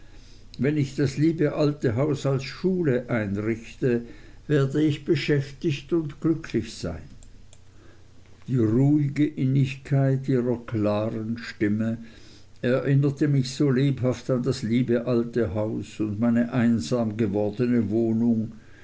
wenn ich das liebe alte haus als schule einrichte werde ich beschäftigt und glücklich sein die ruhige innigkeit ihrer klaren stimme erinnerte mich so lebhaft an das alte liebe haus und meine einsam gewordene wohnung